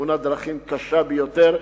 בתאונת דרכים קשה ביותר,